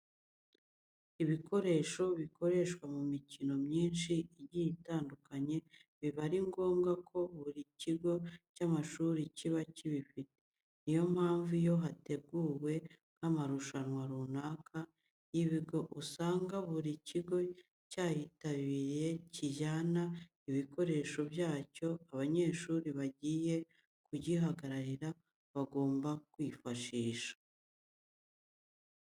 Ibikoresho bikoreshwa mu mikino myinshi igiye itandukanye biba ari ngombwa ko buri kigo cy'amashuri kiba kibifite. Niyo mpamvu iyo hateguwe nk'amarushanwa runaka y'ibigo, usanga buri kigo cyayitabiriye kijyana ibikoresho byacyo abanyeshuri bagiye kugihagararira bagomba kwifashisha.